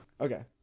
Okay